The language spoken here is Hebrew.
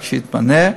רק שיתפנה,